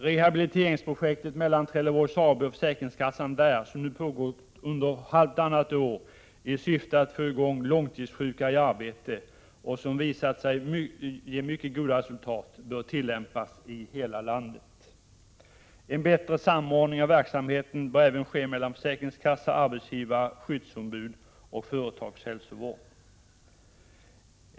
Rehabiliteringsprojektet mellan Trelleborgs AB och försäkringskassan där, som nu pågått under halvtannat år i syfte att få i gång långtidssjuka i arbete och som visat mycket goda resultat, bör tillämpas i hela landet. En bättre samordning av verksamheten bör även ske mellan försäkringskassa, arbetsgivare, skyddsombud och företagshälsovård.